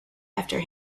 after